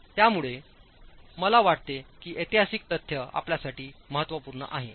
त्यामुळे मला वाटते की ऐतिहासिक तथ्य आपल्यासाठी महत्त्वपूर्ण आहे